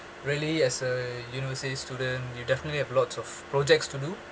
really as a university student you definitely have lots of projects to do